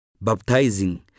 Baptizing